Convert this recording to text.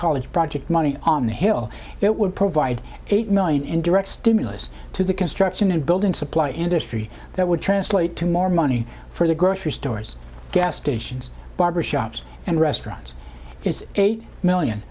college project money on the hill it would provide eight million in direct stimulus to the construction and building supply industry that would translate to more money for the grocery stores gas stations barber shops and restaurants is eight million